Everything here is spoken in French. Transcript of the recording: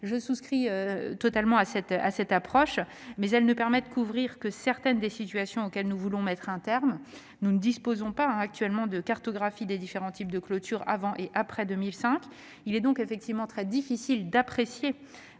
Je souscris totalement à cette approche, laquelle ne permet toutefois de couvrir que certaines des situations auxquelles nous voulons mettre un terme. Nous ne disposons pas actuellement d'une cartographie des différents types de clôtures avant et après 2005. Il est donc très difficile d'apprécier